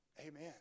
Amen